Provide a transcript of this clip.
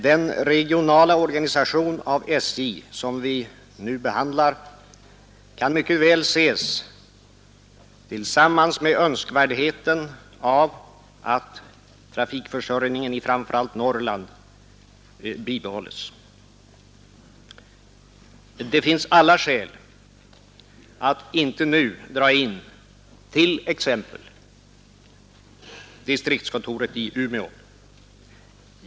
Den regionala organisation av SJ som vi nu behandlar kan mycket väl ses tillsammans med önskvärdheten av att trafikförsörjningen i framför allt Norrland bibehålles. Det finns alla skäl att inte nu dra in t.ex. distriktskontoret i Umeå.